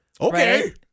Okay